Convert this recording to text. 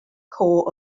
core